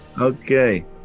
okay